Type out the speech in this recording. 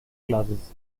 classes